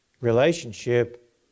relationship